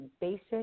basic